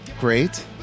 Great